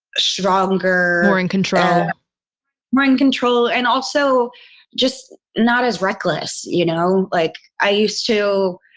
stronger more in control more in control. and also just not as reckless, you know? like i used to